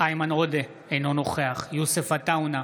איימן עודה, אינו נוכח יוסף עטאונה,